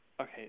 okay